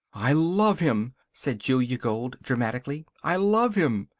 i love him, said julia gold, dramatically. i love him!